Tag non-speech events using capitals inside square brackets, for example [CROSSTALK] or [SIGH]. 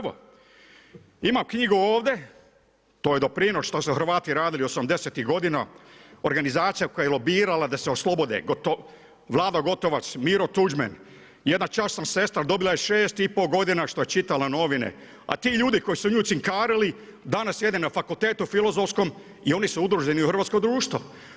Evo, imam knjigu ovdje, to je doprinos šta su Hrvati radili '80.-tih godina, organizacija koja je lobirala da se oslobode Vlado Gotovac, … [UNINTELLIGIBLE] jedna časna sestra dobila je 6 i pol godina što je čitala novine a ti ljudi koji su nju cinkarili, danas jedu na fakultetu Filozofskom i oni su udruženi u hrvatsko društvo.